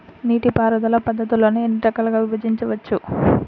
నీటిపారుదల పద్ధతులను ఎన్ని రకాలుగా విభజించవచ్చు?